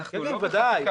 ודאי, ודאי.